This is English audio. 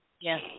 Yes